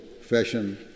fashion